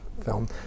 film